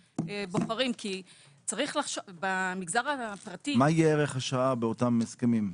מה יהיה ערך השעה באותם הסכמים?